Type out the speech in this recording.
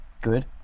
Good